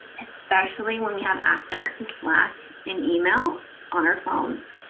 especially when we have access to slack and email on our phones.